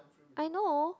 I know